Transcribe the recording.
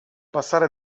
passare